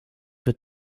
wird